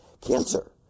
cancer